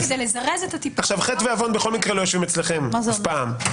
כדי לזרז את הטיפול --- חטא ועוון בכל מקרה לא יושבים אצלכם אף פעם,